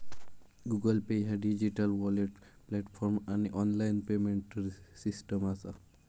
Google Pay ह्या digital wallet platform आणि online payment system असा